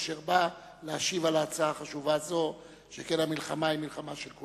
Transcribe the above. שבו כולנו הסכמנו שהמלחמה בסמים חוצה עמים,